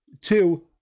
two